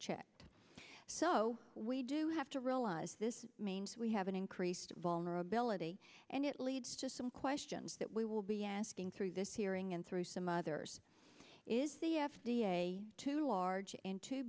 checked so we do have to realize this means we have an increased vulnerability and it leads to some questions that we will be asking through this hearing and through some others is the f d a too large